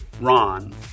Ron